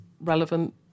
relevant